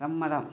സമ്മതം